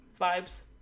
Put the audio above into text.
vibes